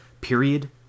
period